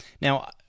Now